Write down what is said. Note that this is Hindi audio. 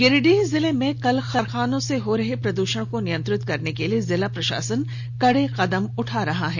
गिरिडीह जिले में कल कारखानों से हो रहे प्रदूषण को नियंत्रित करने के लिए जिला प्रशासन कड़े कदम उठा रहा है